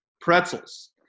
pretzels